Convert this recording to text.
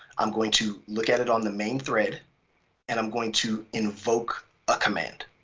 i'm going to look at it on the main thread and i'm going to invoke a command,